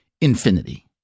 infinity